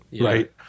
right